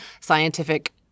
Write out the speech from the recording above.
scientific